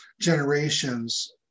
generations